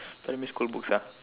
primary school books ah